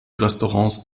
restaurants